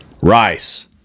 Rice